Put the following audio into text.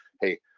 hey